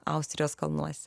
austrijos kalnuose